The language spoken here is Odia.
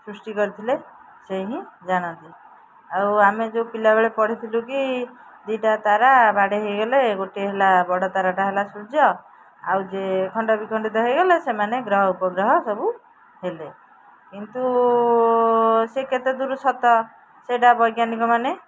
ସୃଷ୍ଟି କରିଥିଲେ ସେ ହିଁ ଜାଣନ୍ତି ଆଉ ଆମେ ଯେଉଁ ପିଲାବେଳେ ପଢ଼ିଥିଲୁ କି ଦୁଇଟା ତାରା ବାଡ଼େଇ ହେଇଗଲେ ଗୋଟିଏ ହେଲା ବଡ଼ ତାରାଟା ହେଲା ସୂର୍ଯ୍ୟ ଆଉ ଯେ ଖଣ୍ଡ ବିିଖଣ୍ଡିତ ହେଇଗଲା ସେମାନେ ଗ୍ରହ ଉପଗ୍ରହ ସବୁ ହେଲେ କିନ୍ତୁ ସେ କେତେ ଦୂର ସତ ସେଇଟା ବୈଜ୍ଞାନିକ ମାନେ